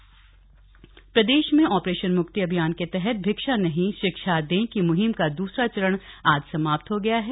operation Mukti प्रदेश में operation Mukti अभियान के तहत भिक्षा नहीं शिक्षा दें की मुहिम का दूसरा चरण आज समाप्त हो गया है